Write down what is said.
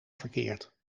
verkeerd